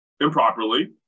improperly